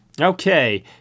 Okay